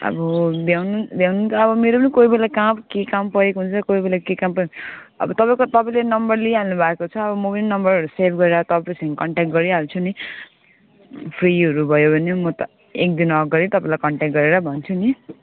अब भ्याउनु भ्याउनु त अब मेरो पनि कोही बेला कहाँ के काम परेको हुन्छ कोही बेला के काम पर अब तपाईँको तपाईँले नम्बर लिइहाल्नु भएको छ अब म पनि नम्बर सेभ गरेर तपाईँसँग कन्टेक गरिहाल्छु नि फ्रीहरू भयो भने म त एक दिन अगाडि तपाईँलाई कन्टेक गरेर भन्छु नि